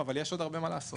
אבל יש עוד הרבה מה לעשות.